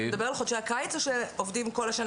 האם אתה מדבר על חודשי הקיץ או על אלה שעובדים כל השנה?